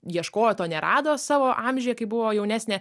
ieškojo to nerado savo amžiuje kai buvo jaunesnė